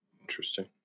Interesting